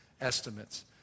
estimates